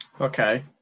Okay